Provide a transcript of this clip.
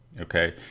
Okay